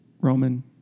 Roman